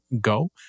go